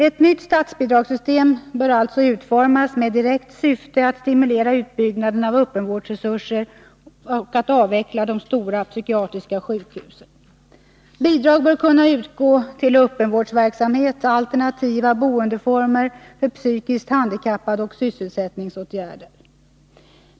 Ett nytt statsbidragssystem bör alltså utformas med direkt syfte att stimulera utbyggnaden av öppenvårdsresurser och att avveckla de stora psykiatriska sjukhusen. Bidrag bör kunna utgå till öppenvårdsverksamhet, alternativa boendereformer för psykiskt handikappade och sysselsättningsåtgärder.